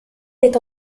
est